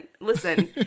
listen